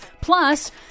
Plus